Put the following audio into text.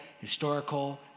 historical